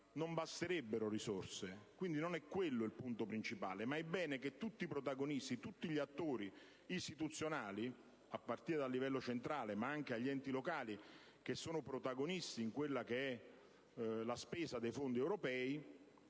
Non basterebbero solo le risorse e, quindi, non è quello il punto principale. È bene, però, che tutti i protagonisti e tutti gli attori istituzionali, a partire dal livello centrale, ma anche dagli enti locali, che sono protagonisti in quella che è la spesa dei fondi europei,